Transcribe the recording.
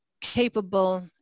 capable